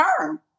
term